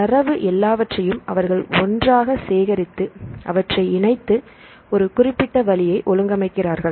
தரவை எல்லாவற்றையும் அவர்கள் ஒன்றாக சேகரித்து அவற்றை இணைத்து ஒரு குறிப்பிட்ட வழியை ஒழுங்கமைக்கிறார்கள்